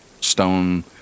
stone